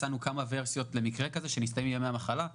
הצענו כמה ורסיות למקרה שמסתיימים ימי המחלה.